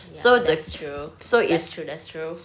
ya that's true that's true that's true